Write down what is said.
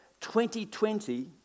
2020